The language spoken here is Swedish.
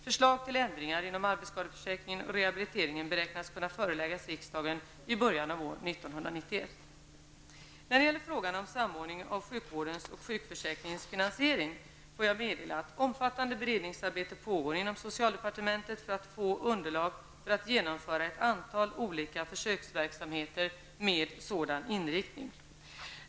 Förslag till ändringar inom arbetsskadeförsäkringen och rehabiliteringen beräknades kunna föreläggas riksdagen i början av år 1991. När det gäller frågan om samordning av sjukvårdens och sjukförsäkringens finansiering får jag meddela att omfattande beredningsarbete pågår inom socialdepartementet för att få underlag för att genomföra ett antal olika försöksverksamheter med sådan inriktning.